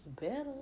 better